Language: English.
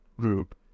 group